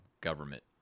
government